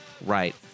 right